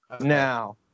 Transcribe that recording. Now